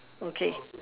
okay